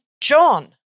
John